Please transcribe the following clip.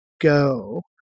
go